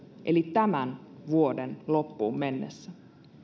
eli tämän vuoden loppuun mennessä